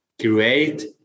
create